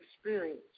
experience